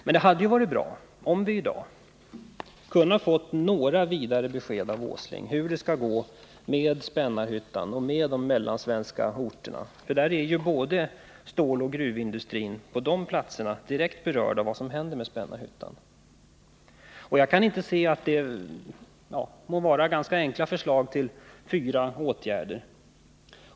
Men det hade varit bra om vi i dag kunnat få några vidare besked av Nils Åsling om hur det skall gå med Spännarhyttan och med de mellansvenska orterna. På de platserna är både ståloch gruvindustrin direkt berörda av vad som händer med Spännarhyttan. Jag vill föra fram några ganska enkla förslag till fyra åtgärder.